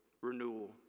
renewal